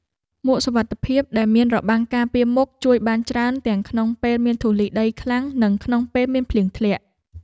មួកសុវត្ថិភាពដែលមានរបាំងការពារមុខជួយបានច្រើនទាំងក្នុងពេលមានធូលីដីខ្លាំង និងក្នុងពេលមានភ្លៀងធ្លាក់។